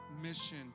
mission